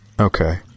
Okay